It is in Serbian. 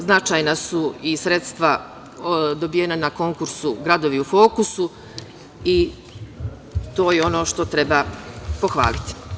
Značajna su i sredstva dobijena na konkursu „Gradovi u fokusu“ i to je ono što treba pohvaliti.